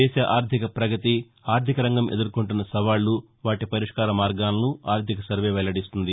దేశ ఆర్దిక ప్రగతి ఆర్దికరంగం ఎదుర్కొంటున్న సవాళ్లు వాటి పరిష్కార మార్గాలను ఆర్థిక సర్వే వెల్లడిస్తుంది